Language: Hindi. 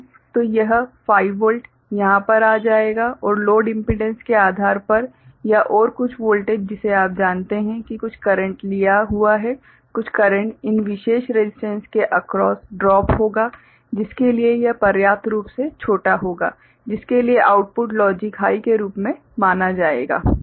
तो यह 5 वोल्ट यहाँ पर आ जाएगा और लोड इम्पीडेंस के आधार पर या और कुछ वोल्टेज जिसे आप जानते हैं कि कुछ करंट लिया हुआ है कुछ करंट इन विशेष रसिस्टेंस के अक्रॉस ड्रॉप होगा जिसके लिए यह पर्याप्त रूप से छोटा होगा जिसके लिए आउटपुट लॉजिक हाइ के रूप मे माना जाएगा